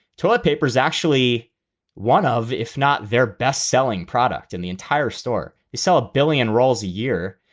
toilet paper is actually one of if not their best selling product in the entire store. you sell a billion rolls a year.